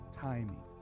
timing